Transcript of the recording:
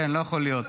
לא יכול להיות.